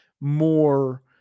more